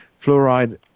fluoride